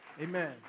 Amen